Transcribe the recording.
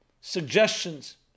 Suggestions